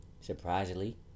Surprisingly